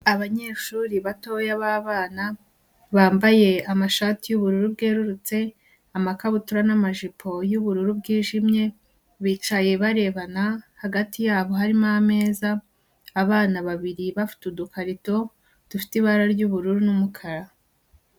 Abanyeshuri batoya b'abana bambaye amashati y'ubururu bwerurutse, amakabutura n'amajipo y'ubururu bwijimye, bicaye barebana hagati yabo harimo ameza, abana babiri bafite udukarito dufite ibara ry'ubururu n'umukara.